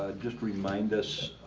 ah just remind us